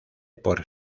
por